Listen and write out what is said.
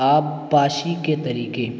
آب پاشی کے طریقے